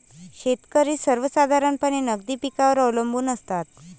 शेतकरी सर्वसाधारणपणे नगदी पिकांवर अवलंबून असतात